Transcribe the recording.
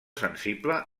sensible